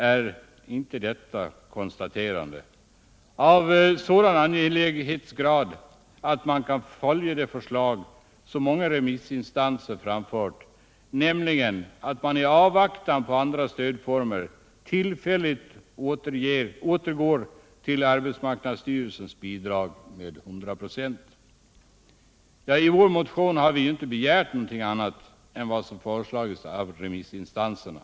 Är inte detta konstaterande av sådan angelägenhetsgrad att man kan följa de förslag som många remissinstanser framfört, nämligen att man i avvaktan på andra stödformer tillfälligt återgår till arbetsmarknadsstyrelsens bidrag med 100 96. I vår motion har vi inte begärt någonting annat än vad som föreslagits av remissinstanserna.